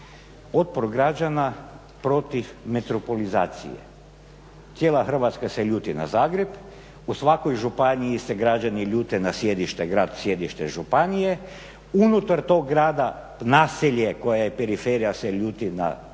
Otpor građana protiv metropolizacije. Cijela Hrvatska se ljuti na Zagreb, u svakoj županiji se građani ljute na sjedište, grad sjedište županije. Unutar tog grada naselje koje je periferija se ljuti na